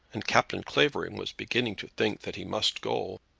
and captain clavering was beginning to think that he must go.